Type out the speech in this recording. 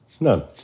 None